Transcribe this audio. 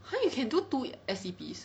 !huh! you can do two S_E_Ps